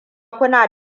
kuna